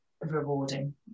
rewarding